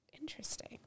Interesting